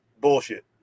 bullshit